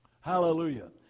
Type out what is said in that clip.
Hallelujah